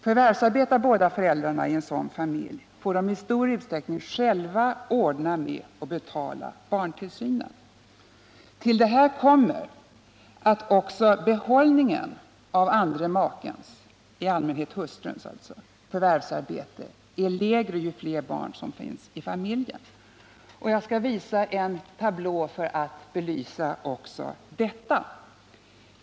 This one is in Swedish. Förvärvsarbetar båda föräldrarna i en sådan familj, får de i stor utsträckning själva ordna med och betala barntillsynen. Till det kommer att behållningen av andra makens —- i allmänhet hustruns — förvärvsarbete är lägre ju fler barn som finns i familjen. Jag skall på kammarens skärm visa en tablå för att belysa också detta.